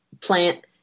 plant